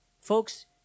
Folks